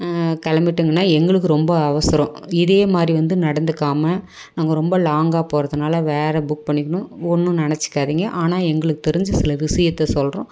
கிளம்பிட்டோங்கனா எங்களுக்கு ரொம்ப அவசரம் இதே மாதிரி வந்து நடந்துக்காமல் நாங்கள் ரொம்ப லாங்காக போகிறதுனால வேறு புக் பண்ணிக்கினோம் ஒன்றும் நினச்சிக்காதீங்க ஆனால் எங்களுக்கு தெரிஞ்சு சில விஷயத்த சொல்கிறோம்